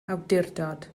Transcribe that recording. awdurdod